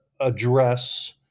address